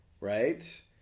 right